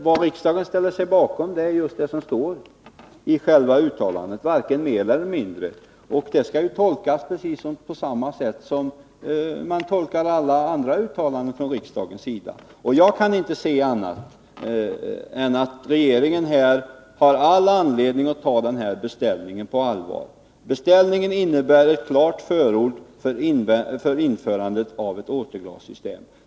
Vad riksdagen ställer sig bakom är det som står i själva uttalandet, varken mer eller mindre, och det skall tolkas precis på samma sätt som man tolkar alla andra uttalanden från riksdagens sida. Jag kan inte se annat än att regeringen har all anledning att ta den här beställningen på allvar. Beställningen innebär ett klart förord för införandet av ett återglassystem.